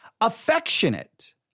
affectionate